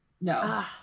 No